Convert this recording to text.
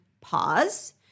pause